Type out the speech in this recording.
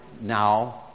now